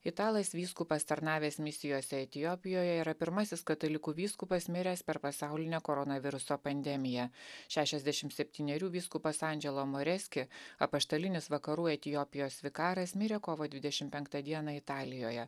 italas vyskupas tarnavęs misijose etiopijoje yra pirmasis katalikų vyskupas miręs per pasaulinę koronaviruso pandemiją šešiasdešim septynerių vyskupas andželo moreski apaštalinis vakarų etiopijos vikaras mirė kovo dvidešim penktą dieną italijoje